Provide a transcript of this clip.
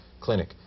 Clinic